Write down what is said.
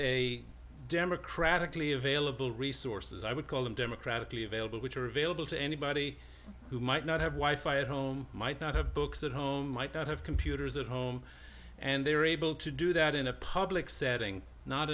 a democratically available resources i would call them democratically available which are available to anybody who might not have wife i at home might not have books at home might not have computers at home and they're able to do that in a public setting not